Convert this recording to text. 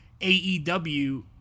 AEW